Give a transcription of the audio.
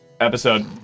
episode